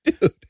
Dude